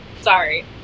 Sorry